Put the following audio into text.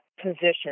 position